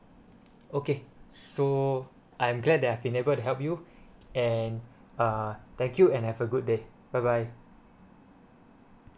okay so I'm glad that I've been able to help you and uh thank you and have a good day bye bye